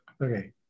okay